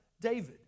David